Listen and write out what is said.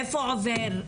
איפה עובר?